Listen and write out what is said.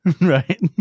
Right